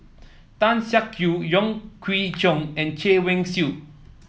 Tan Siak Kew Wong Kwei Cheong and Chay Weng Yew